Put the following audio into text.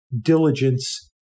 diligence